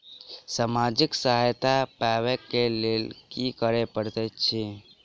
सामाजिक सहायता पाबै केँ लेल की करऽ पड़तै छी?